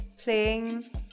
playing